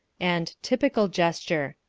and typical gesture?